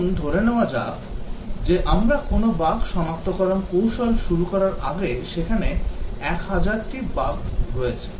আসুন ধরে নেওয়া যাক যে আমরা কোনও বাগ সনাক্তকরণ কৌশল শুরু করার আগে সেখানে 1000 টি বাগ রয়েছে